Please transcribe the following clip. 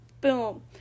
boom